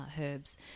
herbs